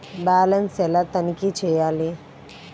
Balance ఎలా తనిఖీ చేయాలి?